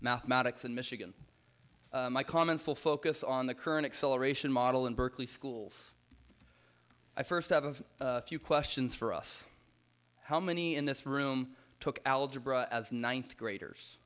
mathematics in michigan my comments will focus on the current acceleration model in berkeley schools i first have a few questions for us how many in this room took algebra as ninth graders